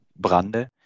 Brande